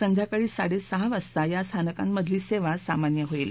संध्याकाळी साडे सहा वाजता या स्थानकांमधली सेवा सामान्य होईल